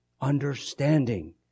understanding